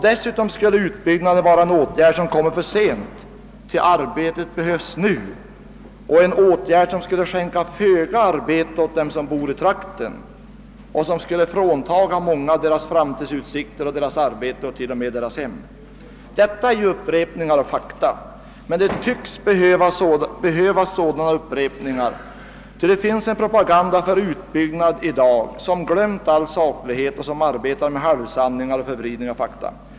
Dessutom skulle utbyggnaden vara en åt gärd, som kommer för sent — ty arbetet behövs nu — och skänka föga arbete åt dem som bor i trakten och fråntaga många deras framtidsutsikter och deras arbete och till och med deras hem. Detta är ju upprepning av fakta — men det tycks behövas sådan upprepning, ty det finns en propaganda för utbyggnaden i dag som glömt all saklighet och arbetar med halvsanningar och förvridningar av fakta.